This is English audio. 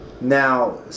now